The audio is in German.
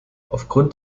aufgrund